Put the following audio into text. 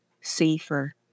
Safer